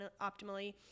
optimally